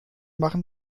machen